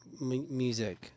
music